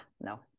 no